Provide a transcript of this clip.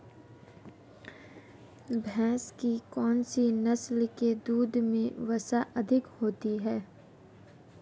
भैंस की कौनसी नस्ल के दूध में वसा अधिक होती है?